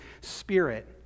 spirit